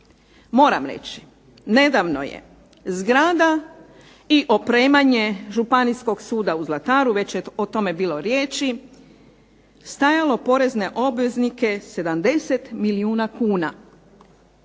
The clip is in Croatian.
Moram reći, nedavno je zgrada i opremanje Županijskog suda u Zlataru, već je o tome bilo riječi, stajalo porezne obveznike 70 milijuna kuna,